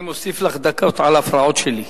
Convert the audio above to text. אני מוסיף לך דקה על ההפרעות שלי.